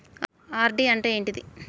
RD అంటే ఏంటిది?